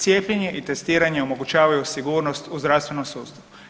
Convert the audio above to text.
Cijepljenje i testiranje omogućavaju sigurnost u zdravstvenom sustavu.